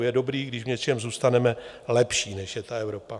Je dobré, když v něčem zůstaneme lepší, než je Evropa.